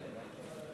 הנני.